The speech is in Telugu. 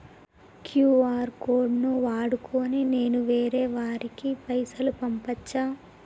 క్యూ.ఆర్ కోడ్ ను వాడుకొని నేను వేరే వారికి పైసలు పంపచ్చా?